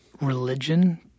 religion